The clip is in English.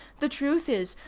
the truth is,